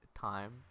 time